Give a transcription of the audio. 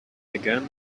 again